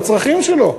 בצרכים שלו?